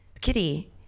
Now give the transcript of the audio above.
kitty